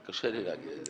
זה קשה לי להגיד את זה.